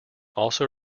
also